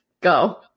Go